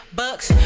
bucks